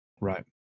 right